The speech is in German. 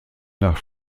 nach